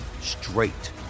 straight